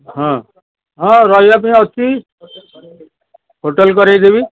ହଁ ହଁ ରହିବା ପାଇଁ ଅଛି ହୋଟେଲ୍ କରାଇ ଦେବି